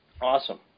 Awesome